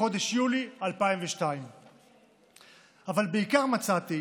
בחודש יולי 2002. אבל בעיקר מצאתי